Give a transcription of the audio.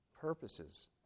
Purposes